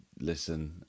listen